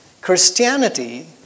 Christianity